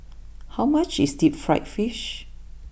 how much is deep Fried Fish